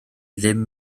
ddim